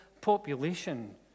population